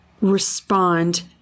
respond